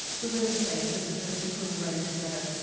the women say, and this is the six women writing together,